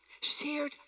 Shared